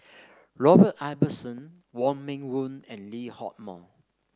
Robert Ibbetson Wong Meng Voon and Lee Hock Moh